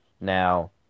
Now